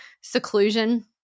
seclusion